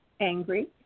angry